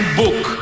book